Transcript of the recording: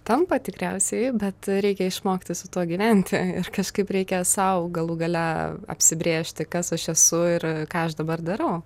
tampa tikriausiai bet reikia išmokti su tuo gyventi ir kažkaip reikia sau galų gale apsibrėžti kas aš esu ir ką aš dabar darau